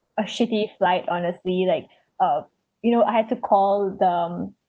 a shitty flight honestly like uh you know I had to call the